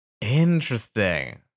Interesting